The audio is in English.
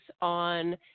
on